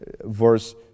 verse